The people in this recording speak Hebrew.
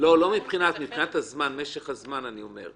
--- מבחינת משך הזמן, אני אומר.